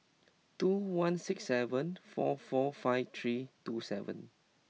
two one six seven four four five three two seven